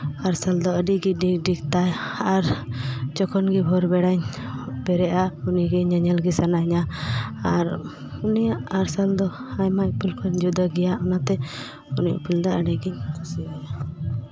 ᱟᱨᱥᱟᱞ ᱫᱚ ᱟᱹᱰᱤ ᱜᱮ ᱰᱤᱜᱽ ᱰᱤᱜᱽ ᱛᱟᱭᱟ ᱟᱨ ᱡᱚᱠᱷᱚᱱ ᱜᱮᱧ ᱵᱷᱳᱨ ᱵᱮᱲᱟᱧ ᱵᱮᱨᱮᱫᱼᱟ ᱩᱱᱤᱜᱮ ᱧᱮᱧᱮᱞ ᱜᱮ ᱥᱟᱱᱟᱧᱟ ᱟᱨ ᱩᱱᱤᱭᱟᱜ ᱟᱨᱥᱟᱞ ᱫᱚ ᱟᱭᱢᱟ ᱤᱯᱤᱞ ᱠᱷᱚᱱ ᱡᱩᱫᱟᱹ ᱜᱮᱭᱟ ᱚᱱᱟᱛᱮ ᱩᱱᱤ ᱤᱯᱤᱞ ᱫᱚ ᱟᱹᱰᱤ ᱜᱮᱧ ᱠᱩᱥᱤᱭᱟᱭᱟ